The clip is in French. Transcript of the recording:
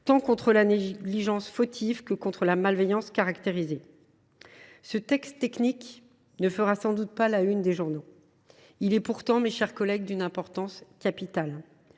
tant contre la négligence fautive que contre la malveillance caractérisée. Ce texte technique ne fera sans doute pas la une des journaux. Il est pourtant, mes chers collègues, d’une importance capitale.